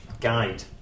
guide